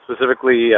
specifically